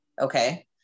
Okay